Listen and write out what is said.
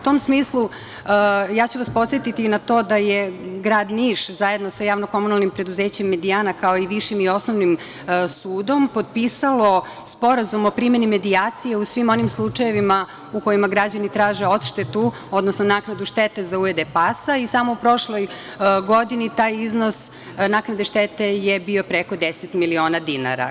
U tom smislu, ja ću vas podsetiti na to da je grad Niš zajedno sa JKP „Mediana“, kao i Višim i Osnovnim sudom, potpisalo Sporazum o primeni medijacije u svim onim slučajevima u kojima građani traže odštetu, odnosno naknadu štete za ujede pasa i samo u prošloj godini taj iznos naknade štete je bio preko 10 miliona dinara.